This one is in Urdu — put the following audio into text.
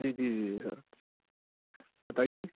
جی جی جی سر جی بتائیے